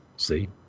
See